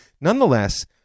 nonetheless